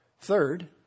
Third